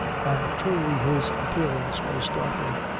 and truly his appearance was startling,